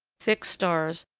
fixed stars,